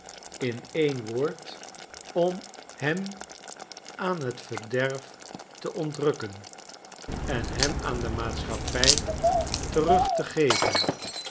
in een woord schetsen uit amerika hem aan t verderf te ontrukken en hem aan de maatschappij terug te geven